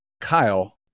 Kyle